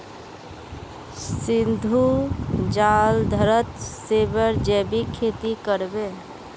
सिद्धू जालंधरत सेबेर जैविक खेती कर बे